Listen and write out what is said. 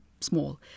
small